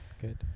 good